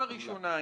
היא